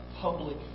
public